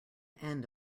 end